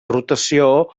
rotació